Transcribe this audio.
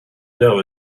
know